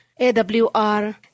AWR